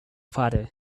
father